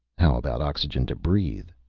how about oxygen to breathe?